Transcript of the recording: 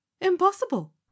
Impossible